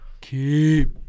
Keep